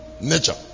Nature